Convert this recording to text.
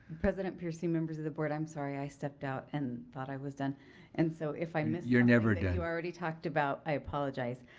president peercy, members of the board, i'm sorry i stepped out and thought i was done and so if i missed something you're never done. you already talked about, i apologize.